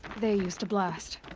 they use to blast.